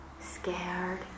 Scared